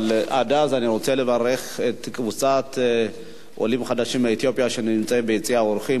עד אז אני רוצה לברך קבוצת עולים חדשים מאתיופיה שנמצאים ביציע האורחים,